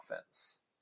offense